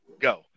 go